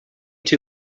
too